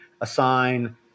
assign